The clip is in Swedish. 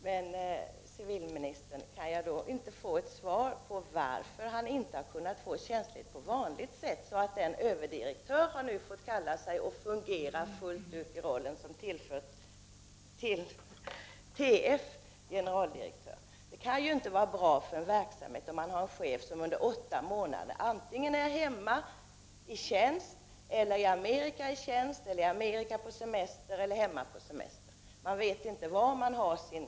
Herr talman! Kan jag då få ett svar på frågan varför han inte har fått tjänstledighet på vanligt sätt, så att överdirektören kan fungera fullt ut i rollen som tf generaldirektör. Det kan inte vara bra för en verksamhet att ha en chef som under åtta månader är hemma i tjänst, i Amerika i tjänst, i Amerika på semester eller hemma på semester. Personalen vet inte var man har sin chef. — Prot.